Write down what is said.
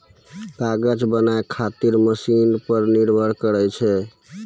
कागज बनाय खातीर मशिन पर निर्भर करै छै